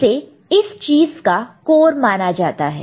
इसे इस चीज का कोर माना जाता है